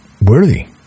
worthy